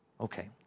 Okay